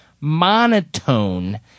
monotone